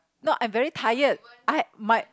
not I'm very tired I might